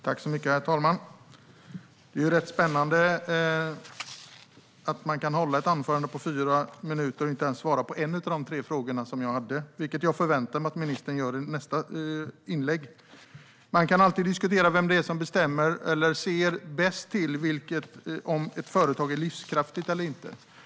Herr talman! Det är rätt spännande att man kan hålla ett anförande i fyra minuter och inte ens svara på en av mina tre frågor, vilket jag förväntar mig att ministern gör i nästa inlägg. Man kan alltid diskutera vem det är som bestämmer eller som bäst ser om ett företag är livskraftigt eller inte.